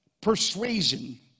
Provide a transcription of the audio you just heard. persuasion